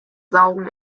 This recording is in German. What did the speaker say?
saugen